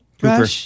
Cooper